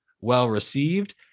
well-received